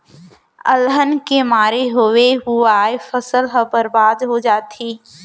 अलहन के मारे होवे हुवाए फसल ह बरबाद हो जाथे